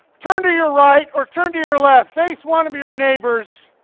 turn to your right or turn to your left, face one of your neighbors.